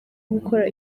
gukora